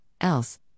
else